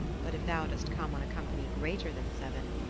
but if thou dost come on a company greater than seven,